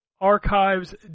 Archives